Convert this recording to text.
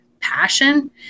passion